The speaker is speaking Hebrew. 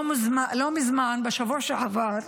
לא מזמן, בשבוע שעבר,